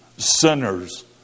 Sinners